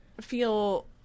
feel